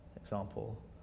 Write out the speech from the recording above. example